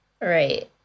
right